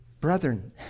Brethren